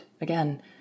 again